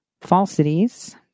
falsities